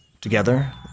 Together